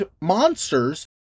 monsters